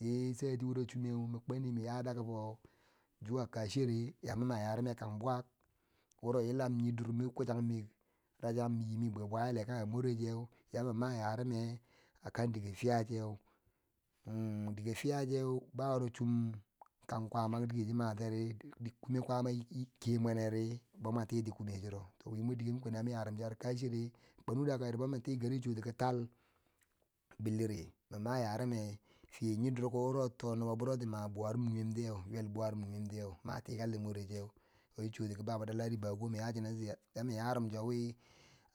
Mi sati wuro chumeu, min kwen dagafo zuwa kashere yama ma yarume kangbu wuro yila nye durmi kuchan mik wuro rasam nyi mi bwe bwayeheche more cheyami ma yorume akang dike fiya cheu, dike fiya cheu bawo churum kan kwaama dike cho matiyeri, kume kwaama kiye mweneri boumatiti kume churo. to wi mur dike yama yarumcho kashere, mi kwanu da ga ri yila bomi ti gari yo kange chi chuti kital billiri min ma yarime fi nye yi durko wuro to ma buwarum nuwetiye ywel nuwe ma tiye moreche wo chi chwuti ki baba danladi Bako minya chineu yamin yarem cho wi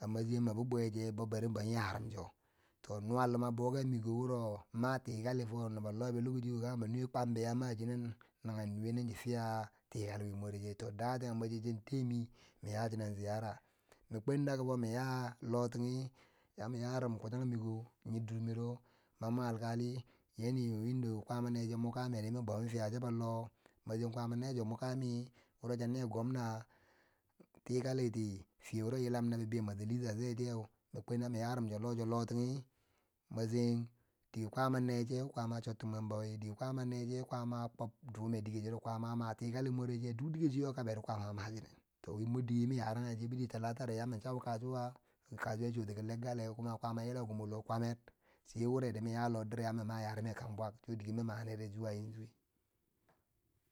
a masyim mi bibwe che mi bari boun yarem cho, to nuwo luma bako miko wuro matikali foh nubo wuro lokaciyo wo lobwo lobeu kwambe kangebo nuwe kwamba matikali wi ya chenen nangen nuwe nen chi fiya tikali wi morche to daten wo cho chin temi min ya chinen jiyara min kwen daga fo min ya lotinge yamiya rum kuchan miko nye dur miko mamme alkali, ki lokacin do kwaama necho duri kori yama fiya chobo lo min, kwaama necho makami wo cha ne gwamna tikuli ti fiye wuro yilam na bibei manjalisa che ti ya min kwen yami yarum cho loh cho lotinge maseyin dike kwaama ne cheu kwaama cha choti mwemwi, dike kwaama necheu kwaamo a kwob dume dike churo kwaama a tikali moreche duk dike chi yo kaberi kwama a machinen to di wmor dike mi yarage ri bidi talata ri yamin chau kasuwa chi choti ki leggale kuma kwama yilau ki mo kwamer sai wure ri min yah loh dirya min ma yarume kang bwar so dike min maneri zuwz yanzu.